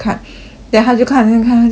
then 他就看看找不到